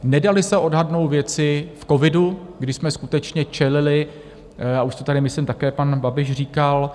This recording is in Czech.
Nedaly se odhadnout věci covidu, kdy jsme skutečně čelili a už to tady myslím také pan Babiš říkal.